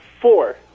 four